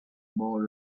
bar